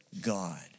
God